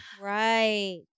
right